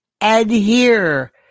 adhere